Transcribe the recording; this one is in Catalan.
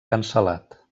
cancel·lat